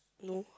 no